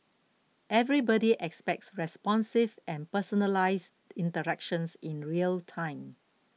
everybody expects responsive and personalised interactions in real time